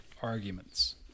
arguments